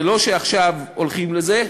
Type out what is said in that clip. זה לא שעכשיו הולכים על זה,